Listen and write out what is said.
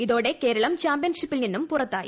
ഇതോടെ കേരളം ചാമ്പ്യൻഷിപ്പിൽ നിന്നും പുറത്തായി